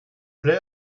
plait